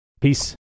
Peace